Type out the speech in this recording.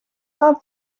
not